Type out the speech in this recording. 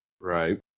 Right